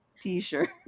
t-shirt